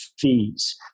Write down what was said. fees